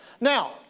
Now